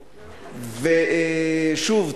שוב,